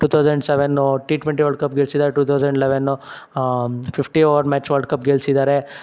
two thousand seven T twenty world cup ಗೆಲ್ಸಿದ್ದಾರ್ two thousand eleven fifty over match world cup ಗೆಲ್ಸಿದಾರೆ